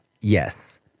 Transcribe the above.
Yes